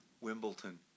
Wimbledon